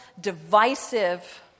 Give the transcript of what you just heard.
divisive